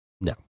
No